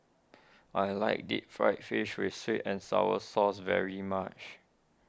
I like Deep Fried Fish with Sweet and Sour Sauce very much